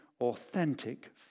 authentic